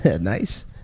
Nice